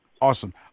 awesome